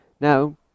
now